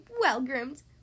well-groomed